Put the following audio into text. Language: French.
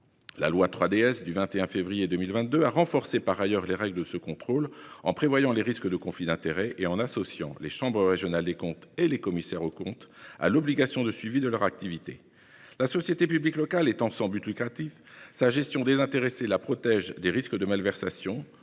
La loi 3DS du 21 février 2022 a renforcé par ailleurs les règles de ce contrôle, en prévenant les risques de conflit d'intérêts et en associant les chambres régionales et territoriales des comptes et les commissaires aux comptes à l'obligation de suivi de leur activité. La société publique locale étant sans but lucratif, sa gestion désintéressée la protège contre les risques de malversation,